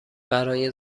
برای